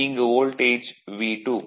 இங்கு voltage V2